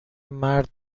مرد